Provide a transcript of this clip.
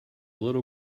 little